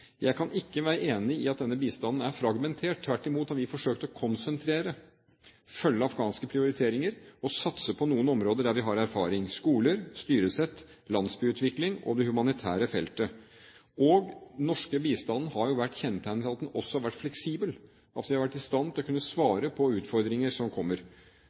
jeg sa i min redegjørelse. Jeg kan ikke være enig i at denne bistanden er fragmentert. Tvert imot har vi forsøkt å konsentrere, følge afghanske prioriteringer og satse på noen områder der vi har erfaring: skoler, styresett, landsbyutvikling og det humanitære feltet. Den norske bistanden har vært kjennetegnet ved at den også har vært fleksibel, den har vært i stand til å svare på utfordringer som kommer.